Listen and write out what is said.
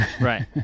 Right